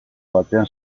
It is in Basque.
batean